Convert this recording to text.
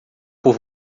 por